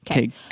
Okay